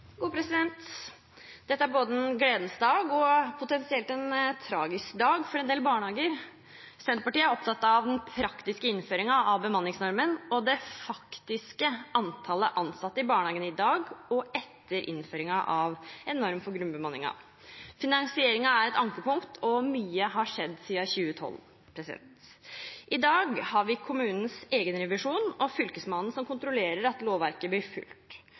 både en gledens dag og potensielt en tragisk dag for en del barnehager. Senterpartiet er opptatt av den praktiske innføringen av bemanningsnormen og det faktiske antallet ansatte i barnehagen i dag og etter innføringen av en norm for grunnbemanningen. Finansieringen er et ankepunkt, og mye har skjedd siden 2012. I dag har vi kommunens egenrevisjon og Fylkesmannen, som kontrollerer at lovverket blir fulgt.